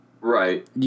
Right